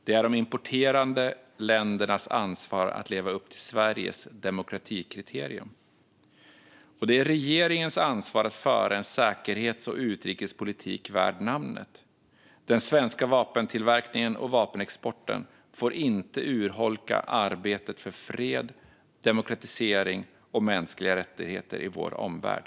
Det är de importerande ländernas ansvar att leva upp till Sveriges demokratikriterium. Och det är regeringens ansvar att föra en säkerhets och utrikespolitik värd namnet. Den svenska vapentillverkningen och vapenexporten får inte urholka arbetet för fred, demokratisering och mänskliga rättigheter i vår omvärld.